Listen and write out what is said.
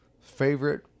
favorite